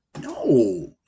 No